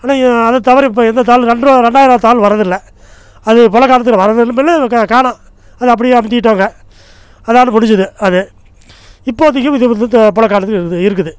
ஆனால் அதைத்தவிர இப்போ எந்த தாளும் ரெண்டு ரூபா ரெண்டாயிரா ரூபா தாள் வர்றதில்ல அது இப்போ உள்ள காலத்தில் வர்றதில்ல காணோம் அது அப்படியே அமுத்திவிட்டாங்க அதோடு முடிஞ்சுது அது இப்போதைக்கும் இது வந்து இப்போ உள்ள காலத்தில் இருக்குது